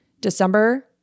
December